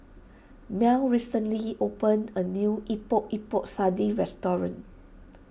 Mell recently opened a new Epok Epok Sardin restaurant